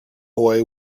boy